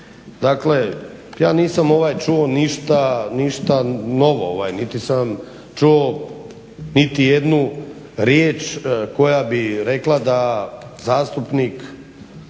Dakle, ja nisam čuo ništa novo niti sam čuo nitijednu riječ koja bi rekla da zastupnik